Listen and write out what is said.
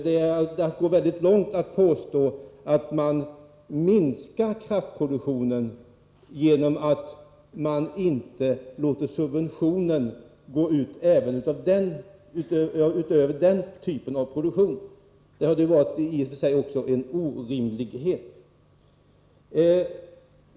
Det är att gå väldigt långt att påstå att man minskar kraftproduktionen genom att man inte låter subventionen gå ut även för den typen av produktion. Det hade i och för sig också varit en orimlighet.